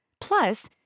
Plus